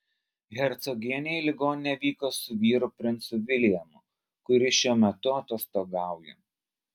hercogienė į ligoninę vyko su vyru princu viljamu kuris šiuo metu atostogauja